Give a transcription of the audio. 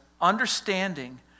understanding